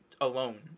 alone